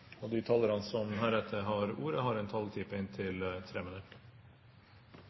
robust. De talere som heretter får ordet, har en taletid på inntil 3 minutter.